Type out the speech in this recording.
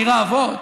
עיר האבות,